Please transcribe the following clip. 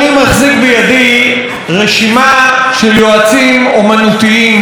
אני מחזיק בידי רשימה של יועצים אומנותיים,